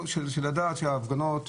ההפגנות,